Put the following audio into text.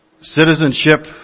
citizenship